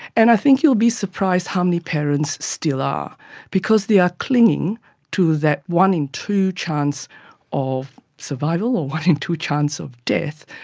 and i think you'll be surprised how many parents still are because they are clinging to that one in two chance of survival or one in two chance of death,